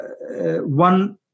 one